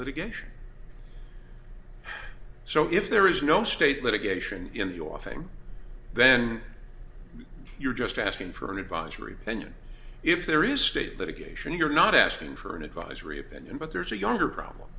litigation so if there is no state litigation in the offing then you're just asking for an advisory opinion if there is state that occasion you're not asking for an advisory opinion but there's a younger problem